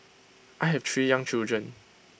I have three young children